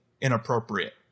inappropriate